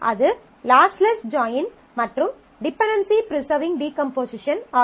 அது lossless join மற்றும் dependency preserving decomposition ஆகும்